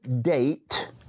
date